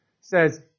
says